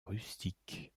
rustiques